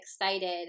excited